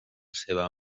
seva